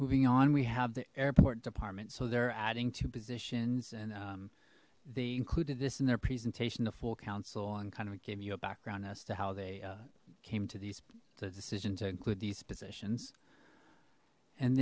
moving on we have the airport department so they're adding two positions and they included this in their presentation the full counsel and kind of gave you a background as to how they came to these decision to include these positions and